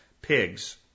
Pigs